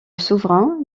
souverain